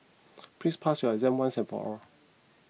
please pass your exam once and for all